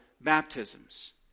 baptisms